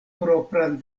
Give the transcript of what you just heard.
propran